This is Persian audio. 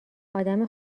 آدم